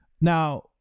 now